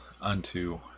unto